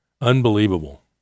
Unbelievable